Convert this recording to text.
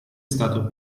stato